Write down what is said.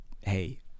Hey